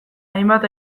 hainbat